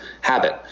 habit